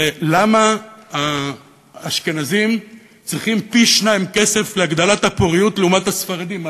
זה למה האשכנזים צריכים פי-שניים כסף להגדלת הפוריות לעומת הספרדים.